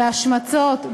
בהשמצות,